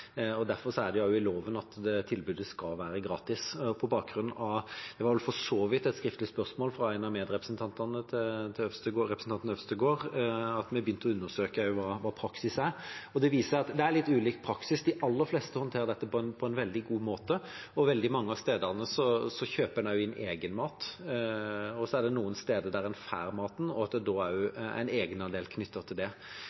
Derfor står det også i loven at tilbudet skal være gratis. Det var vel for så vidt på bakgrunn av et skriftlig spørsmål fra en av medrepresentantene til representanten Øvstegård at vi begynte å undersøke hva praksis er. Det viser seg at det er litt ulik praksis. De aller fleste håndterer dette på en veldig god måte, og på veldig mange av stedene kjøper en også inn egen mat. Så er det noen steder der en får maten, og at det da